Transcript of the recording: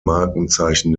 markenzeichen